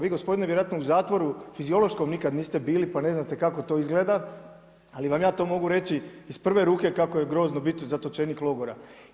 Vi gospodine vjerojatno u zatvoru fiziološkom niste nikad bili, pa ne znate kako to izgleda, ali vam ja to mogu reći iz prve ruke kako je grozno biti zatočenik logora.